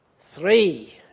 three